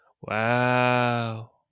Wow